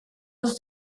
was